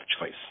choice